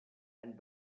and